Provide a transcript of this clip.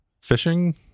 fishing